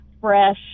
fresh